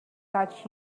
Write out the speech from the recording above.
touched